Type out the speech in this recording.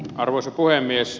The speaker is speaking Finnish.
arvoisa puhemies